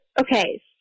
okay